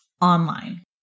online